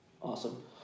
Awesome